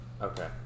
Okay